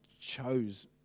chose